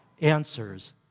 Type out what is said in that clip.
answers